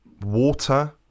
water